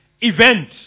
event